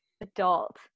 adult